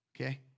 Okay